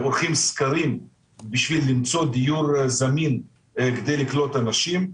שהם עורכים סקרים בשביל למצוא דיור זמין כדי לקלוט אנשים.